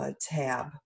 tab